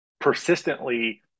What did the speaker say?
persistently